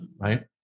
right